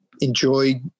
enjoy